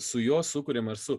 su juo sukūrėm ar su